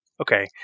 Okay